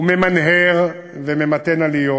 הוא ממנהר וממתן עליות,